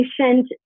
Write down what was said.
patient